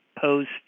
post